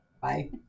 Bye